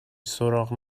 سراغ